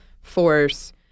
force